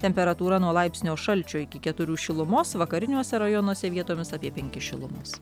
temperatūra nuo laipsnio šalčio iki keturių šilumos vakariniuose rajonuose vietomis apie penkis šilumos